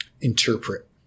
interpret